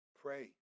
Pray